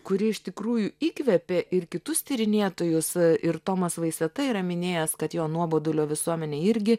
kuri iš tikrųjų įkvėpė ir kitus tyrinėtojus ir tomas vaiseta yra minėjęs kad jo nuobodulio visuomenė irgi